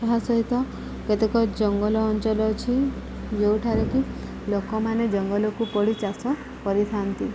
ଏହା ସହିତ କେତେକ ଜଙ୍ଗଲ ଅଞ୍ଚଲ ଅଛି ଯେଉଁଠାରେ କି ଲୋକମାନେ ଜଙ୍ଗଲକୁ ପୋଡ଼ି ଚାଷ କରିଥାନ୍ତି